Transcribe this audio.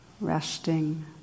resting